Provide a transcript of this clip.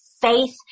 faith